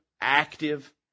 active